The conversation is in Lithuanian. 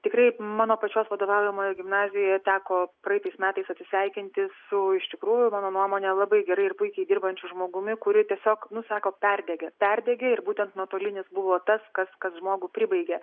tikrai mano pačios vadovaujamoje gimnazijoje teko praeitais metais atsisveikinti su iš tikrųjų mano nuomone labai gerai ir puikiai dirbančiu žmogumi kuri tiesiog nu sako perdegė perdegė ir būtent nuotolinis buvo tas kas kas žmogų pribaigė